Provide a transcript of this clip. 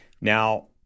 Now